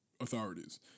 authorities